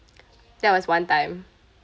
that was one time